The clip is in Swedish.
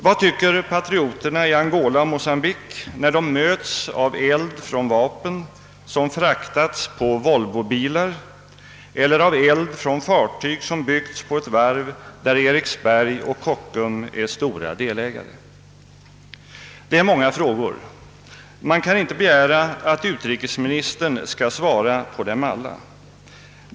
Vad tycker patrioterna i Angola och Mocambique när de möts av eld från vapen som fraktats på Volvobilar eller av eld från fartyg som byggts på ett varv där Eriksberg och Kockum är stora delägare? Det är många frågor. Man kan inte begära att utrikesministern skall svara på dem alla.